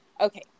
Okay